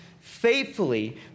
faithfully